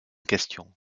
question